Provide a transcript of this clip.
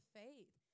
faith